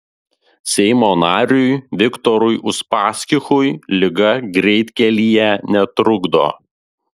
seimo nariui viktorui uspaskichui liga greitkelyje netrukdo